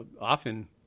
often